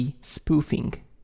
spoofing